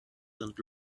sind